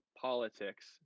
politics